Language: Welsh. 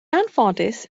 anffodus